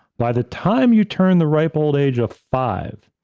by the time you turn the ripe old age of five,